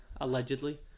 allegedly